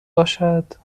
باشد